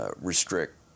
Restrict